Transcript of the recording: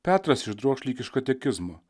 petras išdroš lyg iš katekizmo